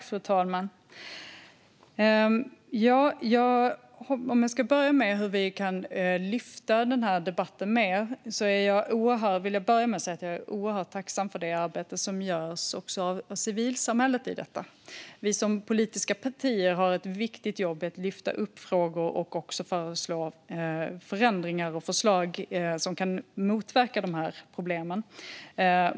Fru talman! Först till hur vi kan lyfta upp denna debatt mer. Jag vill börja med att säga att jag är oerhört tacksam för det arbete som görs av civilsamhället. De politiska partierna har ett viktigt jobb att göra för att lyfta upp frågor och föreslå förändringar och förslag som kan motverka dessa problem.